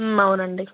అవునండి